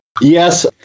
Yes